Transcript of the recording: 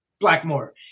Blackmore